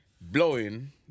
blowing